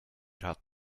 hat